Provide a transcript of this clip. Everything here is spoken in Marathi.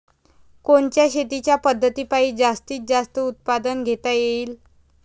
कोनच्या शेतीच्या पद्धतीपायी जास्तीत जास्त उत्पादन घेता येईल?